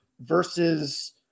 versus